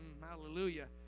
Hallelujah